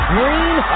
Green